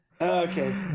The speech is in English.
Okay